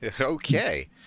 Okay